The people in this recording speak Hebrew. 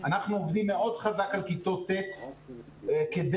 אנחנו עובדים מאוד חזק על כיתות ט' כדי